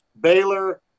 Baylor